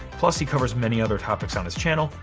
plus he covers many other topics on his channel.